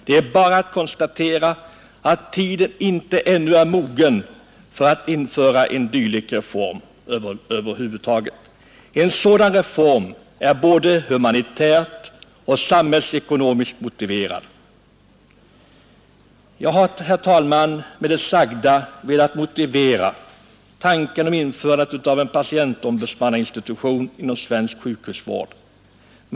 Det är bara att konstatera att tiden ännu inte är mogen för att över hela fältet införa en dylik reform, som är både humanitärt och samhällsekonomiskt motiverad. Jag har, herr talman, med det sagda velat motivera tanken på införandet av en patientombudsmannainstitution inom svensk sjukhusvård.